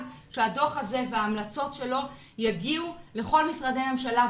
שהדוח הזה וההמלצות שלו יגיעו לכל משרדי הממשלה,